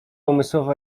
umysłowa